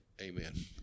Amen